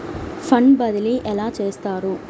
Fund బదిలీ ఎలా చేస్తారు?